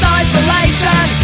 isolation